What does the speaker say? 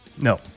No